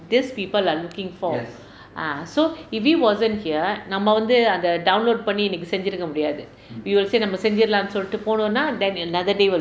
these people are looking for ah so if he wasn't here நம்ம வந்து அந்த:namma vanthu antha download பண்ணி இன்னைக்கு செஞ்சிருக்க முடியாது:panni innaikku senjirukka mudiyaathu we will say நம்ம செஞ்சிரலாம்ன்னு சொல்லிட்டு போனோம்ன்னா:namma senjiralaamnnu sollittu ponomnnaa then another day will